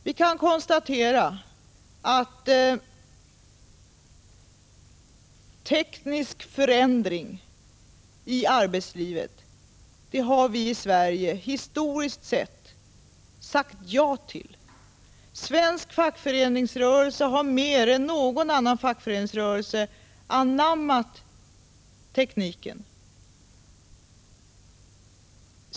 Historiskt sett har vi sagt ja till teknisk förändring i arbetslivet. Svensk fackföreningsrörelse har mer än någon annan fackföreningsrörelse anammat tekniken.